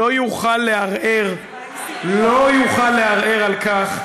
לא יוכל לערער על כך,